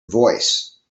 voice